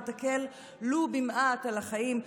ותקל ולו במעט על החיים,